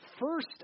first